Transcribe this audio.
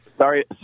Sorry